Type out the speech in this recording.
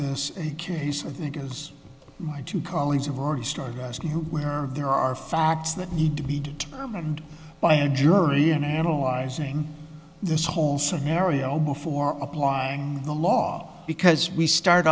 this a case of it is my two colleagues have already started asking who were there are facts that need to be determined by a jury and analyzing this whole scenario before applying the law because we start